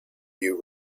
you